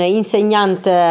insegnante